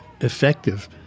effective